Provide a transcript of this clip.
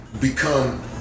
become